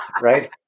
right